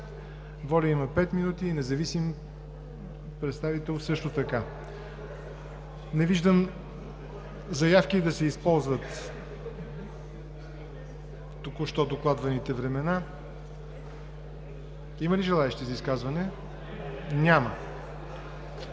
„Воля“ има 5 минути, независим представител – също така. Не виждам заявки да се използват току-що докладваните времена. Има ли желаещи за изказвания? Няма.